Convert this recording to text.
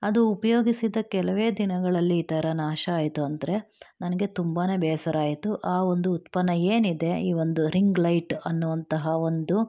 ಅದು ಉಪಯೋಗಿಸಿದ ಕೆಲವೇ ದಿನಗಳಲ್ಲಿ ಈ ಥತ ನಾಶ ಆಯಿತು ಅಂದರೆ ನನಗೆ ತುಂಬ ಬೇಸರ ಆಯಿತು ಆ ಒಂದು ಉತ್ಪನ್ನ ಏನಿದೆ ಈ ಒಂದು ರಿಂಗ್ ಲೈಟ್ ಅನ್ನುವಂತಹ ಒಂದು